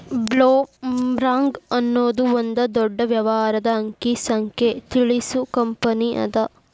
ಬ್ಲೊಮ್ರಾಂಗ್ ಅನ್ನೊದು ಒಂದ ದೊಡ್ಡ ವ್ಯವಹಾರದ ಅಂಕಿ ಸಂಖ್ಯೆ ತಿಳಿಸು ಕಂಪನಿಅದ